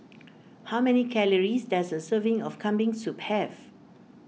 how many calories does a serving of Kambing Soup have